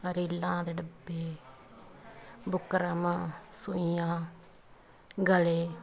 ਰੀਲਾਂ ਦੇ ਡੱਬੇ ਬੁਕਰਮਾਂ ਸੂਈਆਂ ਗਲੇ